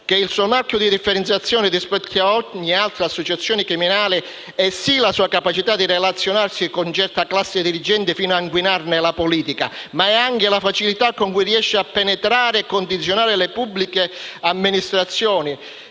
il suo marchio di differenziazione rispetto ad ogni altra associazione criminale è, sì, la sua capacità di relazionarsi con certa classe dirigente, fino a inquinare la politica, ma è anche la facilità con cui riesce a penetrare e condizionare le pubbliche amministrazioni,